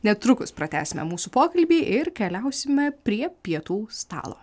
netrukus pratęsime mūsų pokalbį ir keliausime prie pietų stalo